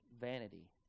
vanity